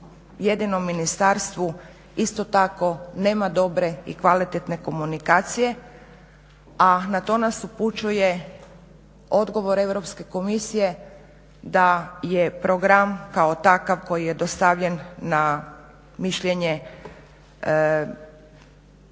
jedinom ministarstvu isto tako nema dobre i kvalitetne komunikacije, a na to nas upućuje odgovor Europske komisije da je program kao takav koji je dostavljen na mišljenje